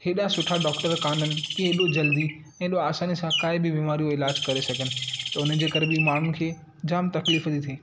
हेॾा सुठा डॉक्टर कान्हनि की हेॾो जल्दी हेॾो आसानी सां काई बि बीमारी जो इलाजु करे सघनि त हुनजे करे बि माण्हूअ खे जाम तकलीफ़ थी थिए